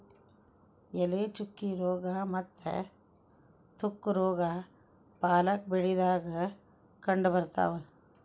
ಎಲೆ ಚುಕ್ಕಿ ರೋಗಾ ಮತ್ತ ತುಕ್ಕು ರೋಗಾ ಪಾಲಕ್ ಬೆಳಿದಾಗ ಕಂಡಬರ್ತಾವ